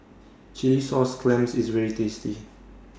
Chilli Sauce Clams IS very tasty